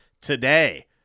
today